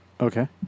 Okay